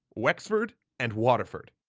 wexford and waterford.